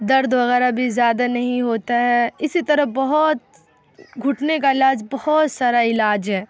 درد وغیرہ بھی زیادہ نہیں ہوتا ہے اسی طرح بہت گھٹنے کا علاج بہت سارا علاج ہے